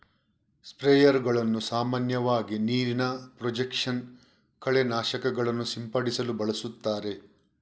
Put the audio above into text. ಸ್ಪ್ರೇಯರುಗಳನ್ನು ಸಾಮಾನ್ಯವಾಗಿ ನೀರಿನ ಪ್ರೊಜೆಕ್ಷನ್ ಕಳೆ ನಾಶಕಗಳನ್ನು ಸಿಂಪಡಿಸಲು ಬಳಸುತ್ತಾರೆ